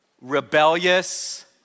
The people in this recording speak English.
rebellious